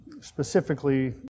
specifically